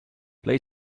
play